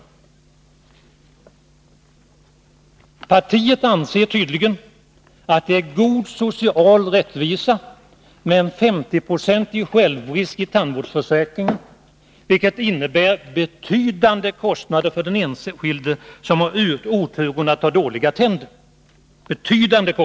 Det socialdemokratiska partiet anser tydligen att det är god social rättvisa med en 50-procentig självrisk i tandvårdsförsäkringen, vilket innebär betydande kostnader för den enskilde som har oturen att ha dåliga tänder.